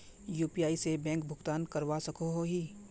UPI से bank भुगतान करवा सकोहो ही?